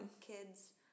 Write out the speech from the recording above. kids